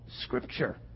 Scripture